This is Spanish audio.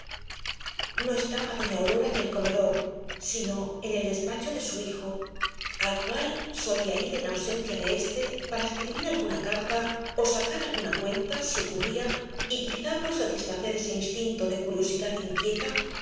no estaba doña aurora en el comedor sino en el despacho de su hijo al cual solía ir en ausencia de éste para escribir alguna carta ó sacar alguna cuenta si ocurría y quizá por satisfacer ese instinto de curiosidad inquieta